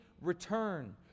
return